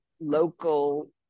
local